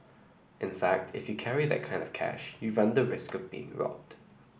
in fact if you carry that kind of cash you run the risk of being robbed